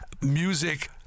music